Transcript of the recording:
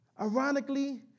ironically